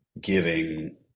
giving